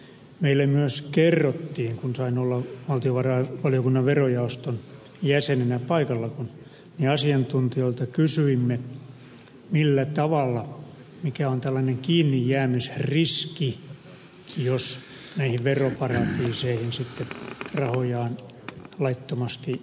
meille myös kerrottiin kun sain olla valtiovarainvaliokunnan verojaoston jäsenenä paikalla kun me asiantuntijoilta kysyimme mikä on tällainen kiinnijäämisriski jos näihin veroparatiiseihin sitten rahojaan laittomasti sijoittelee